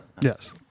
Yes